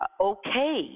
okay